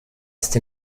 ist